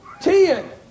Ten